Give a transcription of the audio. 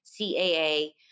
caa